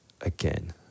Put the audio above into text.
again